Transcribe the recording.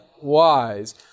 wise